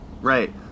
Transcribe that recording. right